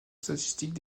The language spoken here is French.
statistique